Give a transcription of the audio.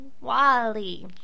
Wally